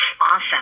awesome